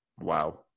Wow